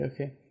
okay